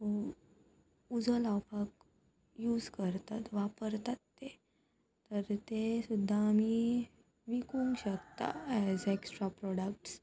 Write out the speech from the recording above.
उजो लावपाक यूज करतात वापरतात ते तर ते सुद्दां आमी विकूंक शकता एज एक्स्ट्रा प्रोडक्ट्स